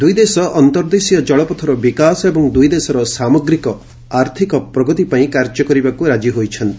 ଦୁଇଦେଶ ଅନ୍ତର୍ଦେଶୀୟ ଜଳପଥର ବିକାଶ ଏବଂ ଦୁଇଦେଶର ସାମଗ୍ରିକ ଆର୍ଥିକ ପ୍ରଗତି ପାଇଁ କାର୍ଯ୍ୟ କରିବାକୁ ରାଜି ହୋଇଛନ୍ତି